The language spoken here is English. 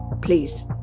Please